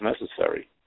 necessary